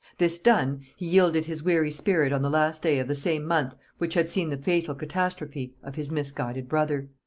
this done, he yielded his weary spirit on the last day of the same month which had seen the fatal catastrophe of his misguided brother.